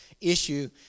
issue